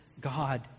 God